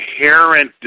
inherent